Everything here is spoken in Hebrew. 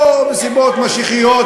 או מסיבות משיחיות